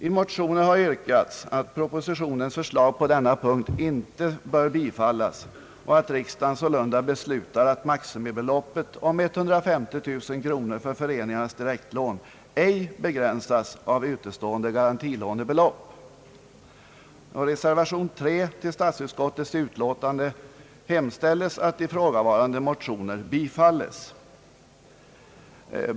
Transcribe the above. I motionen har yrkats att propositionens förslag på denna punkt inte bör bifallas och att riksdagen sålunda beslutar att maximibeloppet om 150 000 kronor för föreningarnas direktlån ej begränsas av utestående garantilånebelopp. I reservation 3 till statsutskottets utlåtande hemställs att ifrågavarande motioner bifalles.